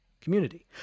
community